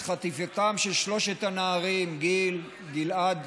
את חטיפתם של שלושת הנערים, גיל-עד,